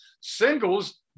singles